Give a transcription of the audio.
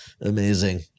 Amazing